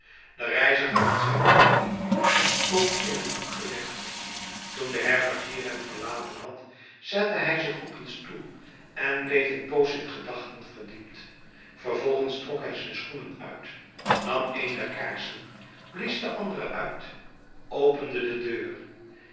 de reiziger had zijn pakje en stok in een hoek gelegd toen de herbergier hem verlaten had zette hij zich op een stoel en bleef een poos in gedachten verdiept vervolgens trok hij zijn schoenen uit nam een der kaarsen blies de andere uit opende de deur